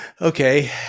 okay